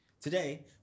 Today